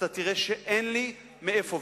אתה תראה שאין לי מאיפה.